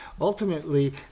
ultimately